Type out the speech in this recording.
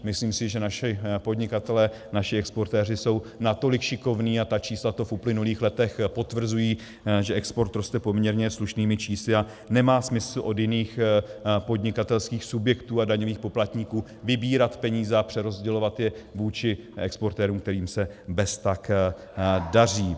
Myslím si, že naši podnikatelé, naši exportéři jsou natolik šikovní, a ta čísla to v uplynulých letech potvrzují, že export roste poměrně slušnými čísly a nemá smysl od jiných podnikatelských subjektů a daňových poplatníků vybírat peníze a přerozdělovat je vůči exportérům, kterým se beztak daří.